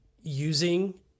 using